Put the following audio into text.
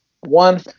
one